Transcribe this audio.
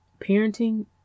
Parenting